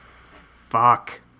Fuck